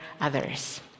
others